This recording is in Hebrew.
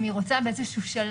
אם היא רוצה באיזשהו שלב,